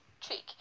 cheek